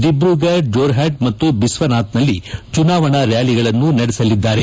ದಿಬ್ರುಗಡ್ ಜೋರ್ಹಟ್ ಮತ್ತು ಬಿಸ್ವನಾಥ್ನಲ್ಲಿ ಚುನಾವಣಾ ರ್ಾಲಿಗಳನ್ನು ನಡೆಸಲಿದ್ದಾರೆ